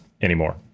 anymore